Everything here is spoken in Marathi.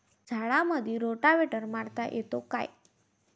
झाडामंदी रोटावेटर मारता येतो काय?